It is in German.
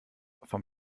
vom